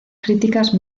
críticas